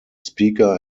speaker